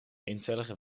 eencellige